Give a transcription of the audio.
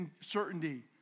certainty